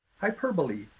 hyperbole